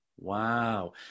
Wow